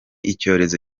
icyorezo